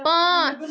پانٛژھ